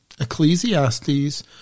Ecclesiastes